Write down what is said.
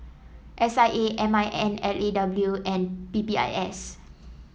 S I A M I N L A W and P P I S